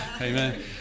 Amen